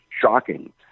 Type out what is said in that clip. shocking